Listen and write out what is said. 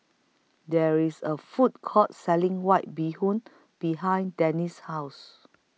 There IS A Food Court Selling White Bee Hoon behind Denis' House